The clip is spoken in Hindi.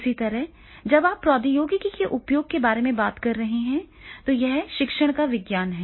इसी तरह जब आप प्रौद्योगिकी के उपयोग के बारे में बात कर रहे हैं तो यह शिक्षण का विज्ञान है